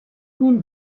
nun